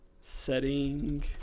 Setting